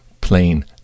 plain